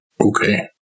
Okay